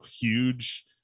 huge